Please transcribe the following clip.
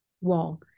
wall